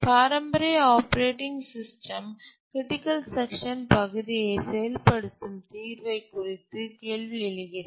பாரம்பரிய operating system critical section பகுதியை செயல்படுத்தும் தீர்வை குறித்து கேள்வி எழுகிறது